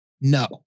no